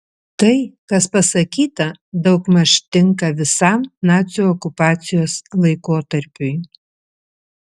tai kas pasakyta daugmaž tinka visam nacių okupacijos laikotarpiui